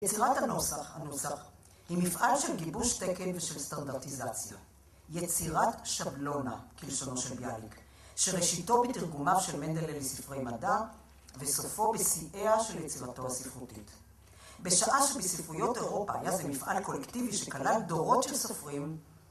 יצירת הנוסח, הנוסח, היא מפעל של גיבוש תקן ושל סטרנדרטיזציה. יצירת שבלונה, כלשונו של ביאליק, שראשיתו בתרגומה של מנדלי לספרי מדע, וסופו בשיאה של יצירתו הספרותית. בשעה שבספרויות אירופה היה זה מפעל קולקטיבי שכלל דורות של סופרים